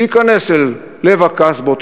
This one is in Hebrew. להיכנס אל לב הקסבות,